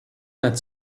had